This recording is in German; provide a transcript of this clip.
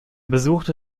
besuchte